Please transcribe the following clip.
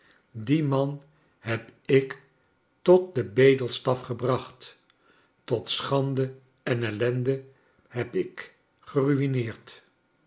dien man heb ik tot den bedelstaf gebracht tot schande en ellende heb ik gerumeerd